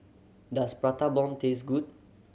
does Prata Bomb taste good